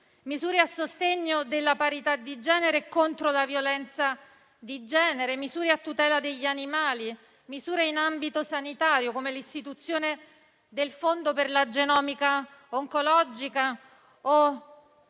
misure a sostegno della parità di genere e contro la violenza di genere, le misure a tutela degli animali, le misure in ambito sanitario, come l'istituzione del fondo per la genomica oncologica o